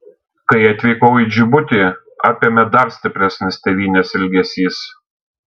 kai atvykau į džibutį apėmė dar stipresnis tėvynės ilgesys